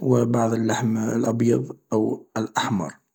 و بعض اللحم الأبيض او الأحمر.